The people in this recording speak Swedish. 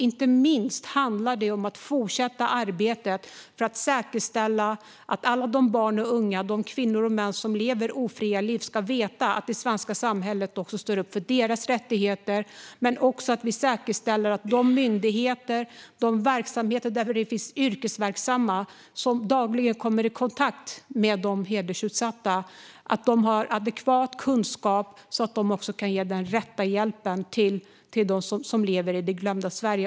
Det handlar särskilt om att fortsätta arbetet för att säkerställa att alla barn och unga, kvinnor och män som lever ofria liv ska veta att det svenska samhället står upp också för deras rättigheter. Men vi ska också säkerställa att de myndigheter och verksamheter där det finns yrkesverksamma som dagligen kommer i kontakt med de hedersutsatta har adekvat kunskap så att de kan ge den rätta hjälpen till dem som lever i det glömda Sverige.